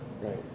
Right